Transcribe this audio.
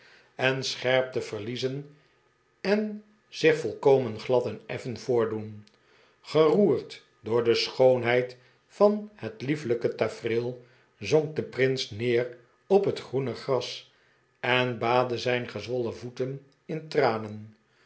gestoord scherpte verliezen en zich volkomen glad en effen voordoen geroerd door de schoonheid van het lieflijke tafereel zonk de prins neer op het groene gras en baadde zijn gezwollen voeten in tranen